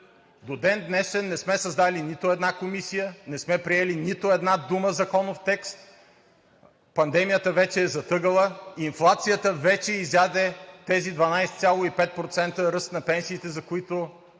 До ден днешен не сме създали нито една комисия, не сме приели нито една дума законов текст. Пандемията вече е зад ъгъла, инфлацията вече изяде тези 12,5% ръст на пенсиите, за които